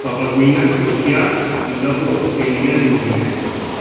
पापा गोइना Croatia Singapore Australia New Zealand